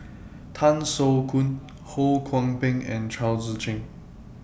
Tan Soo Khoon Ho Kwon Ping and Chao Tzee Cheng